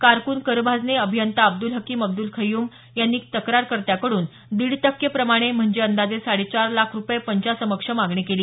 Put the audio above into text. कारकून करभाजने अभियंता अब्दल हकीम अब्द्ल खय्युम यांनी तक्रारकर्त्यांकडून दीड टक्केप्रमाणे म्हणजे अंदाजे साडेचार लाख रुपये पंचासमक्ष मागणी केली